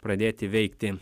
pradėti veikti